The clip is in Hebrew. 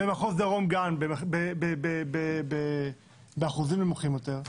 במחוז דרום גם, באחוזים נמוכים יותר,